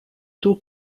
two